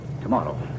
Tomorrow